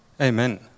Amen